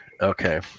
Okay